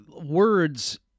Words